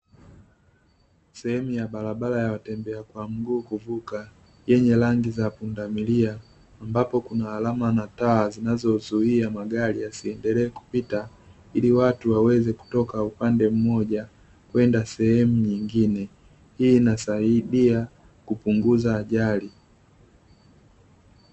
sehemu ya barabara ya watembea kwa mguu kuvuka yenye rangi za pundamilia, ambapo kuna alama na taa zinazozuia magari yasiendelee kupita, ili watu waweze kutoka upande moja kwenda sehemu nyingine, hii inasaidia kupunguza ajali.